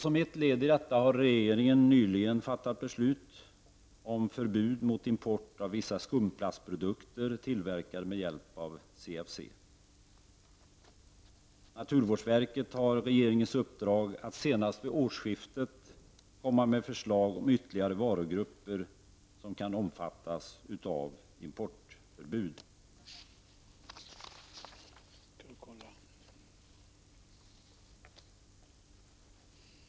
Som ett led i det här arbetet har regeringen nyligen fattat beslut om förbud mot import av vissa skumplastprodukter tillverkade med hjälp av CFC. Naturvårdsverket har regeringens uppdrag att senast vid årsskiftet komma med förslag om nya varugrupper som kan omfattas av importförbud.